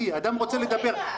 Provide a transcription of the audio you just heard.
השופט יושב-ראש ועדת הבחירות המרכזית